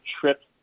trip